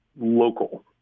local